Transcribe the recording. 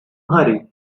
hurry